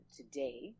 today